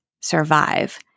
Survive